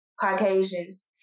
Caucasians